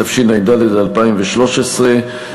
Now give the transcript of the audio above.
התשע"ד 2013,